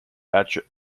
actress